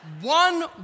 One